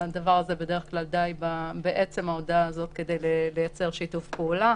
די בהודעה הזאת כדי לייצר שיתוף פעולה.